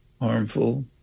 harmful